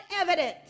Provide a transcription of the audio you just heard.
evidence